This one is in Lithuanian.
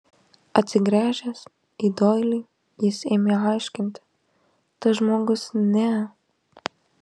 atsigręžęs į doilį jis ėmė aiškinti tas žmogus ne